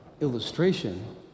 illustration